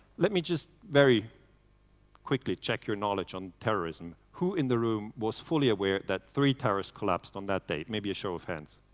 let me just very quickly check your knowledge on terrorism. who in the room was fully aware that three towers collapsed on that day? maybe a show of hands.